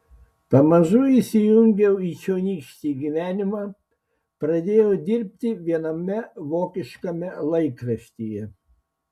pamažu įsijungiau į čionykštį gyvenimą pradėjau dirbti viename vokiškame laikraštyje